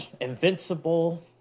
Invincible